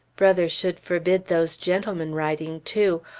brother should forbid those gentlemen writing, too.